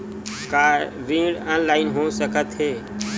का ऋण ऑनलाइन हो सकत हे?